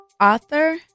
author